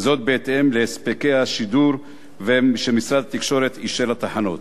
וזאת בהתאם להספקי השידור שמשרד התקשורת אישר לתחנות.